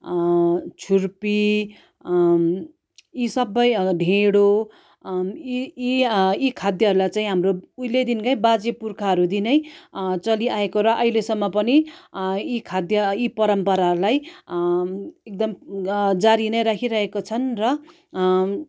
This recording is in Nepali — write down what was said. छुर्पी यी सबै ढिँडो यी यी यी खाद्यहरूलाई चाहिँ हाम्रो उहिलेदेखिकै बाजे पुर्खाहरूदेखि नै चलिआएको र अहिलेसम्म पनि यी खाद्य यी परम्परालाई एकदम जारी नै राखिरहेका छन् र